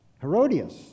Herodias